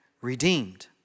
redeemed